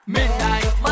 Midnight